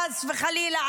חס וחלילה,